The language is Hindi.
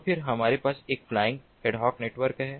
तो फिर हमारे पास एक फ्लाइंग एड हॉक नेटवर्क है